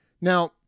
Now